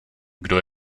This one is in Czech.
kdo